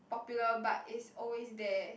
popular but is always there